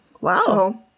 Wow